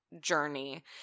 journey